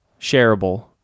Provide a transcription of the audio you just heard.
Shareable